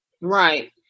Right